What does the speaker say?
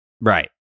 Right